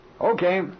Okay